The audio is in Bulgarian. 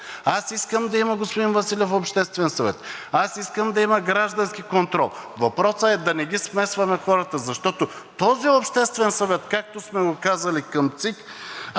Аз искам да има обществен съвет, господин Василев! Аз искам да има граждански контрол. Въпросът е да не ги смесваме хората, защото този обществен съвет, както сме го казали – към ЦИК,